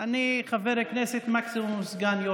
אתן לך דקה מהזמן שלי, אדוני היושב-ראש.